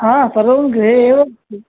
हा सर्वं गृहे एव